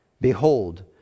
Behold